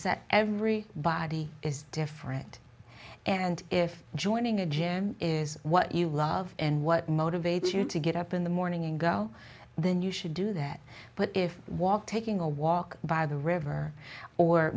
that every body is different and if joining a gym is what you love and what motivates you to get up in the morning go then you should do that but if walk taking a walk by the river or